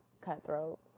cutthroat